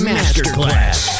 Masterclass